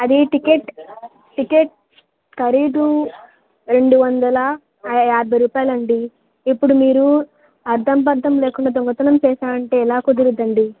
అది ticket ticket ఖరీదు రెండు వందల యాభై రూపాయలు అండి ఇప్పుడు మీరు అర్ధంపర్ధం లేకుండా దొంగతనం చేసాను అంటే ఎలా కుదురుద్దండి